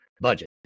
budget